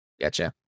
Gotcha